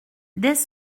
dès